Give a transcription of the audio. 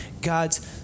God's